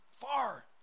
far